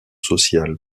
sociales